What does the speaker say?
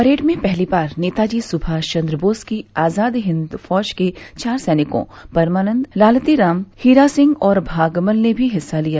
parade में पहली बार नेताजी सुभाष चन्द्र बोस की आजाद हिन्द फौज के चार सैनिकों परमानन्द लालतीराम हीरा सिंह और भागमल ने भी हिस्सा लिया